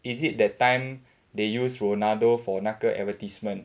is it that time they use ronaldo for 那个 advertisement